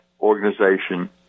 organization